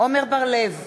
עמר בר-לב,